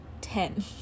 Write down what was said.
ten